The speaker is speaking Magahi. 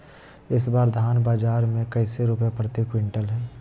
इस बार धान बाजार मे कैसे रुपए प्रति क्विंटल है?